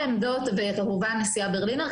וכמובן הנשיאה ברלינר,